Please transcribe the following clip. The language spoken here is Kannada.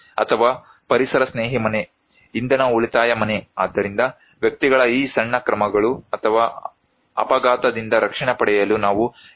ಅಥವಾ ಪರಿಸರ ಸ್ನೇಹಿ ಮನೆ ಇಂಧನ ಉಳಿತಾಯ ಮನೆ ಆದ್ದರಿಂದ ವ್ಯಕ್ತಿಗಳ ಈ ಸಣ್ಣ ಕ್ರಮಗಳು ಅಥವಾ ಅಪಘಾತದಿಂದ ರಕ್ಷಣೆ ಪಡೆಯಲು ನಾವು ಹೆಲ್ಮೆಟ್ಗಳನ್ನು ಹಾಕಬೇಕು